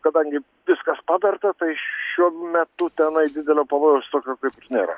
kadangi viskas paberta tai šiuo metu tenai didelio pavojaus tokio kaip ir nėra